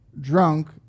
drunk